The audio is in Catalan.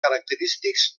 característics